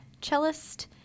cellist